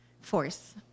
force